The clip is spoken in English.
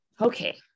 Okay